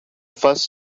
first